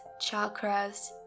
chakras